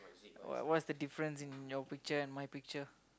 what what what's the difference in your picture and my picture